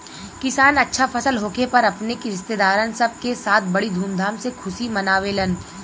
किसान अच्छा फसल होखे पर अपने रिस्तेदारन सब के साथ बड़ी धूमधाम से खुशी मनावेलन